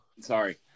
Sorry